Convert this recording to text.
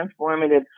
transformative